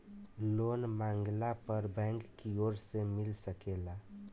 loan मांगला पर bank कियोर से मिल सकेला